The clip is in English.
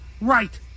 right